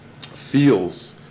feels